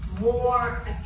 More